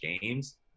games